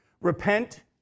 repent